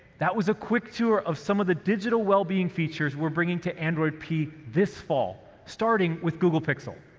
that was a quick tour of some of the digital wellbeing features we're bringing to android p this fall, starting with google pixel.